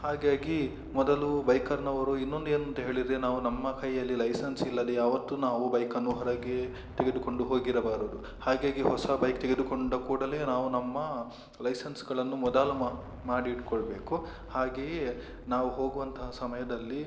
ಹಾಗಾಗಿ ಮೊದಲು ಬೈಕರ್ನವರು ಇನ್ನೊಂದು ಏನಂತ ಹೇಳಿದರೆ ನಾವು ನಮ್ಮ ಕೈಯಲ್ಲಿ ಲೈಸನ್ಸ್ ಇಲ್ಲದೆ ಯಾವತ್ತೂ ನಾವು ಬೈಕನ್ನು ಹೊರಗೆ ತೆಗೆದುಕೊಂಡು ಹೋಗಿರಬಾರದು ಹಾಗಾಗಿ ಹೊಸ ಬೈಕ್ ತೆಗೆದುಕೊಂಡ ಕೂಡಲೇ ನಾವು ನಮ್ಮ ಲೈಸನ್ಸ್ಗಳನ್ನು ಮೊದಲು ಮಾಡಿಟ್ಟುಕೊಳ್ಬೇಕು ಹಾಗೆಯೇ ನಾವು ಹೋಗುವಂತಹ ಸಮಯದಲ್ಲಿ